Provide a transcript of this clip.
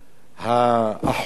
החולה הבריא,